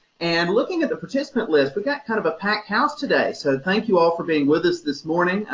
and looking at the participant list, we've but got kind of a packed house today, so thank you all for being with us this morning,